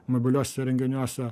mobiliuose įrenginiuose